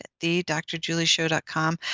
thedrjulieshow.com